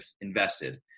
invested